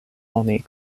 oni